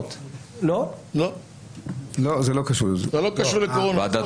דיור מוגן וכולי קלפיות.